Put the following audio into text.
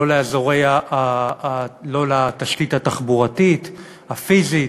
לא לתשתית התחבורתית, הפיזית,